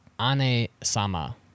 Ane-sama